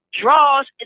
draws